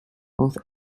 both